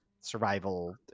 survival